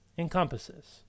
encompasses